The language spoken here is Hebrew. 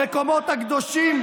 במקומות הקדושים,